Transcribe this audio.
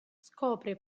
scopre